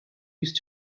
used